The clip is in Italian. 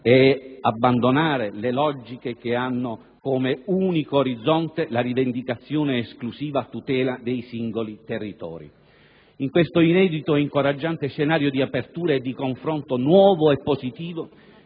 ed abbandonare le logiche che hanno come unico orizzonte la rivendicazione esclusiva a tutela dei singoli territori. *(Richiami del Presidente).* In questo inedito ed incoraggiante scenario di aperture e di confronto nuovo e positivo,